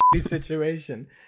situation